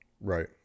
Right